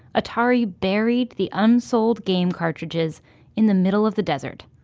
atari buried the unsold game cartridges in the middle of the desert,